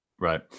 Right